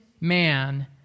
man